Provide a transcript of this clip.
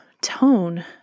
tone